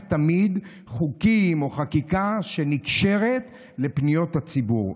תמיד חוקים או חקיקה שנקשרים לפניות הציבור.